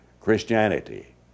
Christianity